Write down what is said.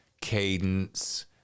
cadence